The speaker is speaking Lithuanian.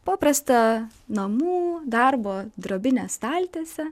paprastą namų darbo drobinę staltiesę